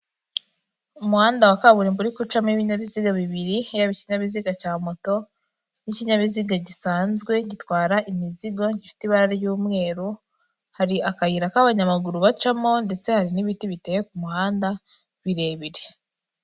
Umuhanda wa kaburimbo uri gucamo ibinyabiziga bibiri, hariho ikinyabiziga cya moto n'ikinyabiziga gisanzwe gitwara imizigo gifite ibara ry'umweru, hari akayira k'abanyamaguru bacamo, ndetse hari n'ibiti biteye ku muhanda birebire.